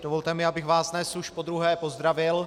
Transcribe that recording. Dovolte mi, abych vás dnes už po druhé pozdravil.